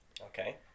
Okay